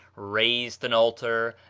raised an altar,